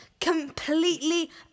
completely